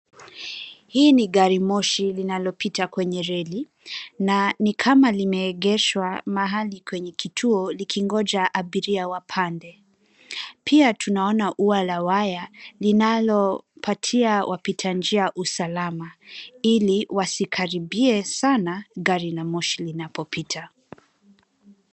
Hii ni garimoshi linalopita kwenye reli na ni kama limeegeshwa mahali kwenye kituo likingoja abiria wapande. Pia tunaona ua la waya unawapatia wapitanjia usalama ili wasikaribie sana gari la moshi linapopita.